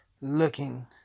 looking